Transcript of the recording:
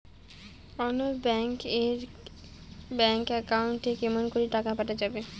অন্য ব্যাংক এর bank account এ কেমন করে টাকা পাঠা যাবে?